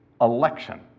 election